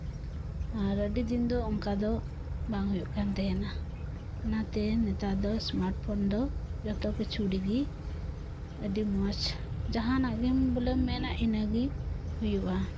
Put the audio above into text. ᱟᱨ ᱟᱹᱰᱤ ᱫᱤᱱ ᱫᱚ ᱚᱱᱠᱟ ᱫᱚ ᱵᱟᱝ ᱦᱩᱭᱩᱜ ᱠᱟᱱ ᱛᱟᱦᱮᱸᱱᱟ ᱚᱱᱟᱛᱮ ᱱᱮᱛᱟᱨ ᱫᱚ ᱥᱢᱟᱨᱴ ᱯᱷᱳᱱ ᱫᱚ ᱡᱚᱛᱚ ᱠᱤᱪᱷᱩ ᱨᱮᱜᱮ ᱟᱹᱰᱤ ᱢᱚᱸᱡ ᱡᱟᱦᱟᱸᱱᱟᱜ ᱜᱮ ᱵᱚᱞᱮᱢ ᱢᱮᱱᱟ ᱤᱱᱟᱹᱜᱮ ᱦᱩᱭᱩᱜᱼᱟ